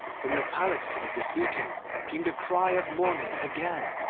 from the palace of the sea-king came the cry of mourning again,